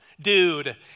dude